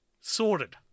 sorted